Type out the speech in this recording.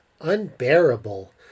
unbearable